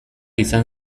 izan